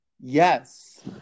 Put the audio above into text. Yes